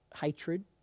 hatred